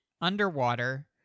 underwater